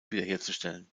wiederherzustellen